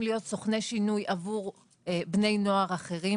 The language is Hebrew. להיות סוכני שינוי עבור בני נוער אחרים,